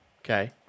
Okay